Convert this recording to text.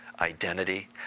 identity